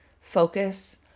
Focus